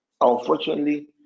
Unfortunately